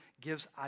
gives